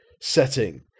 setting